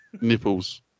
Nipples